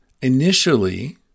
initially